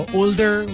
older